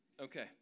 Okay